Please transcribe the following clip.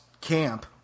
camp